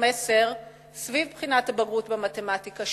סביב בחינת הבגרות במתמטיקה,